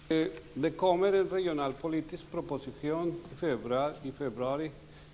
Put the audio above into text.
Fru talman! Det kommer en regionalpolitisk proposition i februari.